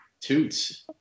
Toots